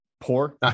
poor